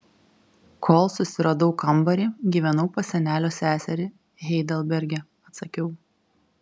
kol susiradau kambarį gyvenau pas senelio seserį heidelberge atsakiau